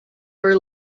were